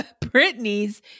Britney's